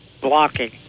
Blocking